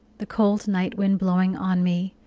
the cold night wind blowing on me,